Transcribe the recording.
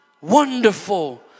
wonderful